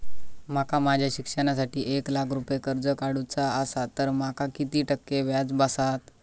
माका माझ्या शिक्षणासाठी एक लाख रुपये कर्ज काढू चा असा तर माका किती टक्के व्याज बसात?